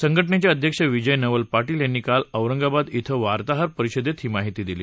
संघटनेचे अध्यक्ष विजय नवल पाटील यांनी काल औरंगाबाद क्वें वार्ताहर परिषदेत ही माहिती दिली